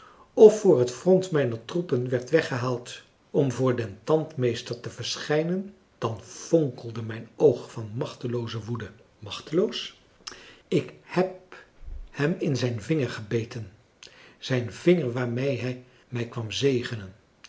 of voor het front mijner troepen werd weggehaald om voor den tandmeester te verschijnen dan fonkelde mijn oog van machtelooze woede machteloos ik heb hem in zijn vinger gebeten zijn vinger waarmee hij mij kwam zegenen